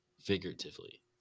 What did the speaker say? figuratively